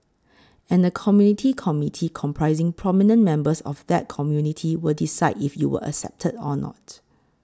and a Community Committee comprising prominent members of that community will decide if you were accepted or not